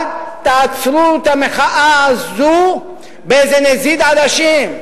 אל תעצרו את המחאה הזאת באיזה נזיד עדשים.